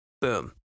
Boom